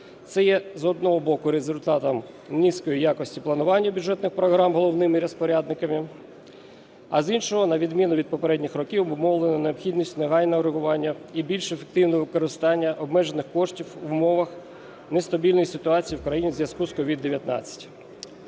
Це є, з одного боку, результатом низької якості планування бюджетних програм головними розпорядниками, а з іншого, на відміну від попередніх років, обумовлено необхідність негайного реагування і більш ефективного використання обмежених коштів в умовах нестабільної ситуації в країні у зв'язку з COVID-19.